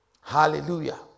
hallelujah